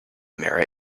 mirror